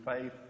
faith